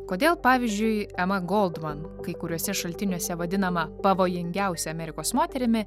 kodėl pavyzdžiui ema goldman kai kuriuose šaltiniuose vadinama pavojingiausia amerikos moterimi